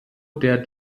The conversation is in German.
der